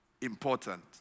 important